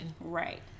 Right